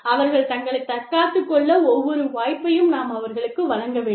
அவர்கள் தங்களைத் தற்காத்துக் கொள்ள ஒவ்வொரு வாய்ப்பையும் நாம் அவர்களுக்கு வழங்க வேண்டும்